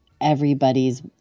everybody's